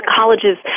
colleges